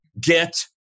get